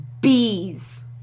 bees